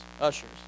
ushers